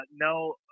no